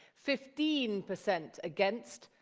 fifteen percent against,